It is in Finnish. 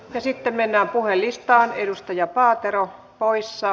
ja sitten mennään puhujalistaan